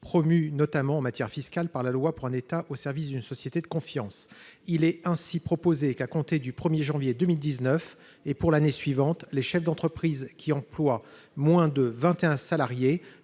promu notamment en matière fiscale par la loi pour un État au service d'une société de confiance. Il est ainsi proposé qu'à compter du 1janvier 2019 et pour l'année suivante les chefs d'entreprise qui emploient moins de 21 salariés